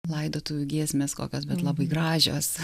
laidotuvių giesmės kokios bet labai gražios